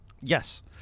Yes